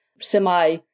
semi